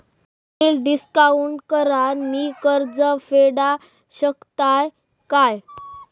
Bill discount करान मी कर्ज फेडा शकताय काय?